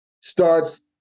starts